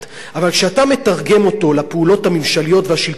אבל כשאתה מתרגם אותו לפעולות הממשליות והשלטוניות,